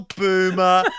boomer